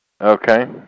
Okay